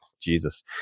Jesus